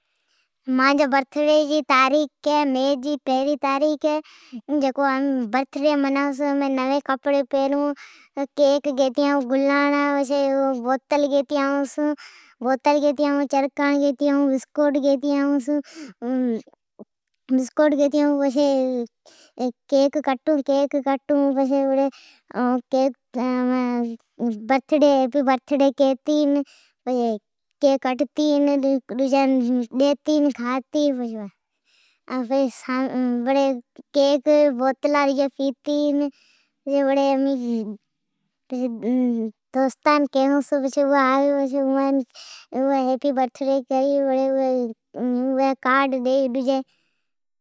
مانجا برتھ ڈی مئی جئ پلکی تاریخ ھی او ڈن امی کیک گیتے آئون بوتلا، چرکانڑ، گلاڑا کیک گیتے آئون ۔ بسکوٹ گیتے آئون پچھے کیک کٹون پچھی ھیپی برتھ دی کتی پچھے کیک کٹتے کھائون ،بوتلا ڈجیا پیتے پچے ھوا دوستان بھی کئون چھو اوی بھی آوی اوی ھیپی برتھ ڈی کتی کیک کھائی کارڈین ڈئی چھے۔